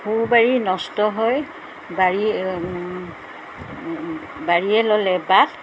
পো বাৰী নষ্ট হৈ বাৰীয়ে বাৰীয়ে ল'লে বাট